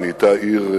היא נהייתה עיר,